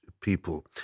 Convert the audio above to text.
people